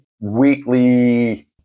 weekly